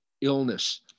illness